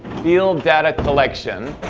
field data collection